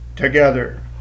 together